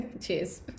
cheers